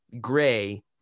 Gray